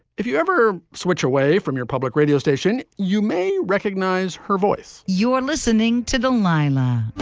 if you ever switch away from your public radio station, you may recognize her voice you are listening to delilah